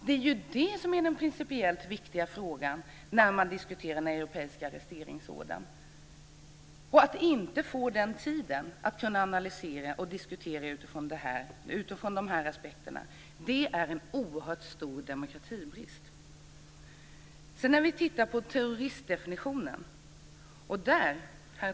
Det är det som är den principiellt viktiga frågan när man diskuterar den europeiska arresteringsordern. Att vi inte får tid att analysera och diskutera utifrån dessa aspekter tyder på en oerhört stor brist i demokratin. Sedan kan vi titta på terroristdefinitionen.